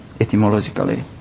etymologically